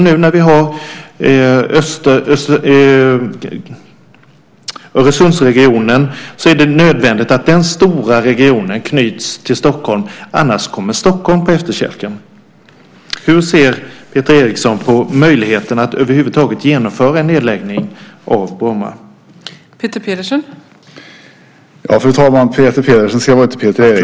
Nu med Öresundsregionen är det nödvändigt att den stora regionen knyts till Stockholm, för annars kommer Stockholm på efterkälken. Hur ser Peter Eriksson på möjligheten att över huvud taget genomföra en nedläggning av Bromma flygplats?